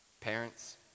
parents